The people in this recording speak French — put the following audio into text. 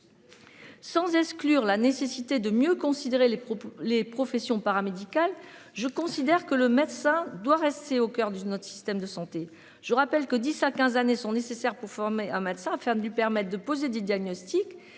Sans exclure la nécessité de mieux considérer les propos les professions paramédicales, je considère que le médecin doit rester au coeur du notre système de santé. Je vous rappelle que 10 à 15 années sont nécessaires pour former un médecin à faire de lui permettent de poser des diagnostics,